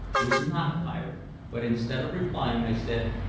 was not a pirate but instead of replying, i said,